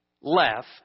left